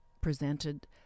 presented